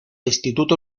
instituto